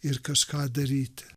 ir kažką daryti